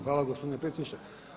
Hvala gospodine predsjedniče.